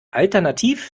alternativ